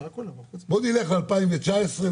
בוא נלך ל-2019,